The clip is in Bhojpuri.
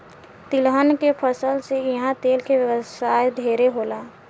तिलहन के फसल से इहा तेल के व्यवसाय ढेरे होला